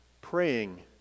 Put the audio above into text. praying